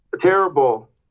Terrible